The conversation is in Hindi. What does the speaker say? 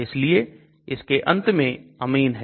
इसलिए इसके अंत में amine है